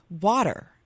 water